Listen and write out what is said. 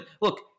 Look